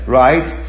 right